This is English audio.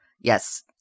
Yes